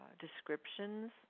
descriptions